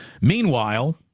Meanwhile